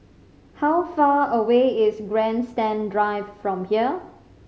how far away is Grandstand Drive from here